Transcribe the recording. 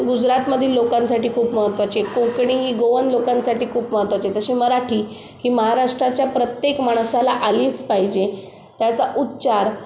गुजरातमधील लोकांसाठी खूप महत्वाचे कोकणी ही गोवन लोकांसाठी खूप महत्वाचे तशी मराठी ही महाराष्ट्राच्या प्रत्येक माणसाला आलीच पाहिजे त्याचा उच्चार